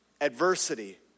Adversity